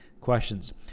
questions